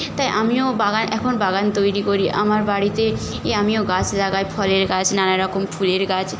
তাই আমিও বাগান এখন বাগান তৈরি করি আমার বাড়িতে এ আমিও গাছ লাগাই ফলের গাছ নানা রকম ফুলের গাছ